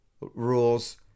rules